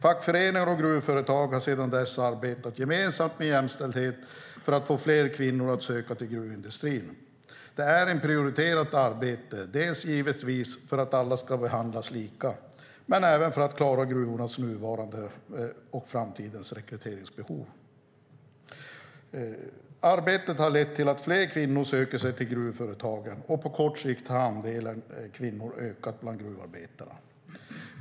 Fackföreningar och gruvföretag har sedan dess arbetat gemensamt med jämställdhet för att få fler kvinnor att söka till gruvindustrin. Det är ett prioriterat arbete, dels för att alla givetvis ska behandlas lika, dels för att klara gruvornas nuvarande och framtida rekryteringsbehov. Arbetet har lett till att fler kvinnor söker sig till gruvföretagen, och på kort tid har andelen kvinnor ökat bland gruvarbetarna.